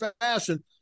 fashion